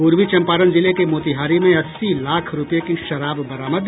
पूर्वी चम्पारण जिले के मोतिहारी में अस्सी लाख रूपये की शराब बरामद